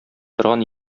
торган